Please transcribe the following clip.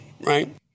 right